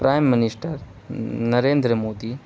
prime minister Narendra Modi